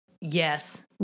Yes